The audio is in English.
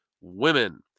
women